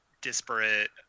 disparate